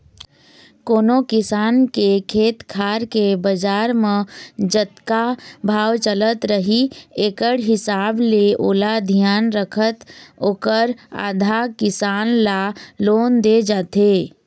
कोनो किसान के खेत खार के बजार म जतका भाव चलत रही एकड़ हिसाब ले ओला धियान रखत ओखर आधा, किसान ल लोन दे जाथे